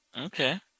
Okay